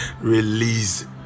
Release